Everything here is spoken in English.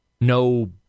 No